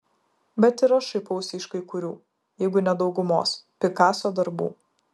bet ir aš šaipausi iš kai kurių jeigu ne daugumos pikaso darbų